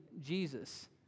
Jesus